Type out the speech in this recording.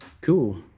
Cool